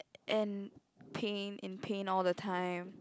and pain in pain all the time